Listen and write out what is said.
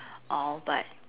all but